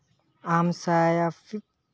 ᱮᱢᱥᱣᱟᱭᱤᱯᱥ